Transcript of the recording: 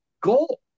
goal